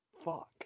Fuck